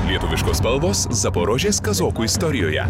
lietuviškos spalvos zaporožės kazokų istorijoje